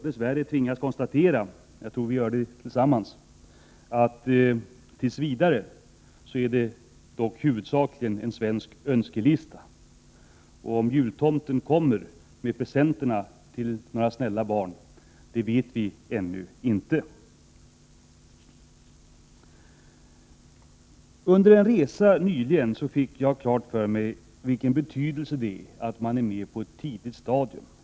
Dess värre tvingas vi konstatera — jag tror att vi gör det tillsammans — att det tills vidare dock huvudsakligen rör sig om en svensk önskelista, men vi vet ännu inte om jultomten kommer med presenter till några snälla barn. Under en resa nyligen fick jag klart för mig vilken betydelse det har att vara med på ett tidigt stadium.